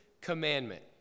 commandment